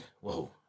whoa